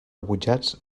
rebutjats